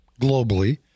globally